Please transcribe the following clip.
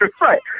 Right